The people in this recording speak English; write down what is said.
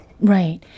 Right